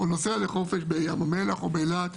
בים המלח או באילת,